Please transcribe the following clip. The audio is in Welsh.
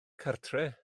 cartref